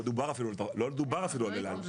לא דובר אפילו על אל-על.